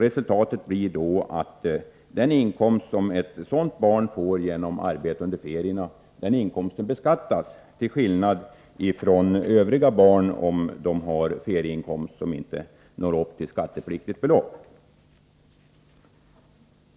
Resultatet blir då att den inkomst som ett sådant barn får genom arbete under ferierna beskattas, till skillnad från andra barns ferieinkomster som inte når upp till skattepliktigt belopp.